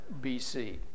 BC